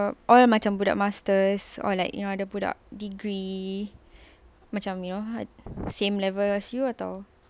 all macam budak masters or like budak degree macam you know same level as you